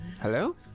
Hello